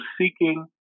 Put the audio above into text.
seeking